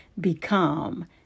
become